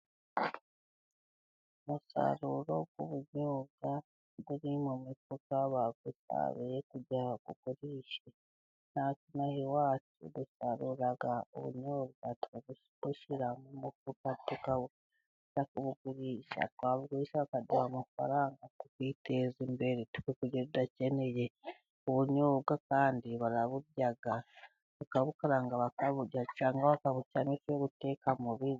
Umusaruro w'ubunyobwa uri mu mifuka bawusaruye kugira ngo bawugurishe, natwe ino aha iwacu dusarura ubunyobwa tukabushyira mu mifuka tukajya kubugurisha, twabugurisha bakaduha amafaranga tukiteze imbere tukagura ibyo dukeneye. Ubunyobwa kandi baraburya bakabukaranga bakaburya, cyangwa bakabusyamo ifu yo guteka mu biryo.